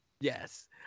Yes